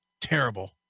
terrible